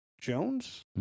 Jones